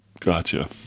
Gotcha